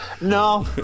No